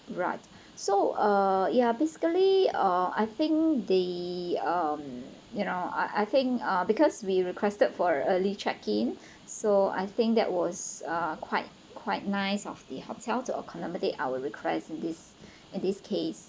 right so uh ya basically uh I think the um you know I I think uh because we requested for a early check in so I think that was uh quite quite nice of the hotel to accommodate our requests in this in this case